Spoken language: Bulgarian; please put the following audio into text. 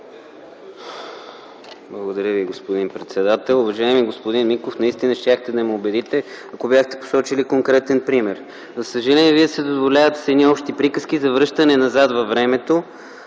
Благодаря Ви, господин председател. Уважаеми господин Миков, наистина щяхте да ме убедите, ако бяхте посочили конкретен пример. За съжаление, Вие се задоволявате с общи приказки за връщане назад във времето,